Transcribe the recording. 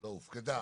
--- רק הופקדה.